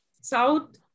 South